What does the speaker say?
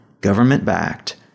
government-backed